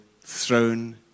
throne